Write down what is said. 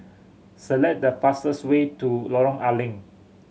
select the fastest way to Lorong Ar Leng